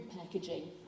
packaging